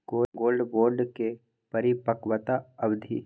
Gold bond के परिपक्वता अवधि?